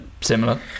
similar